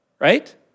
right